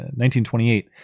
1928